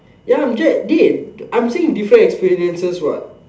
ya I'm just dey I'm saying different experiences what